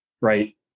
right